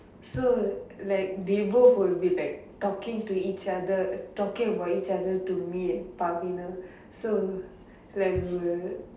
so like they both will be like talking to each other talking about each other to me and Fahina so like we will